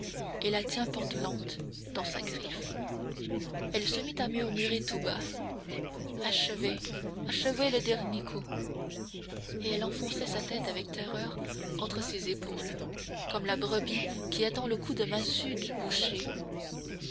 et la tient pantelante dans sa griffe elle se mit à murmurer tout bas achevez achevez le dernier coup et elle enfonçait sa tête avec terreur entre ses épaules comme la brebis qui attend le coup de massue du boucher